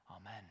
amen